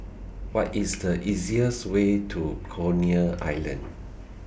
What IS The easiest Way to Coney Island